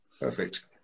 Perfect